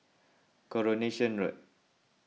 Coronation Road